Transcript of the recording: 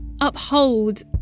uphold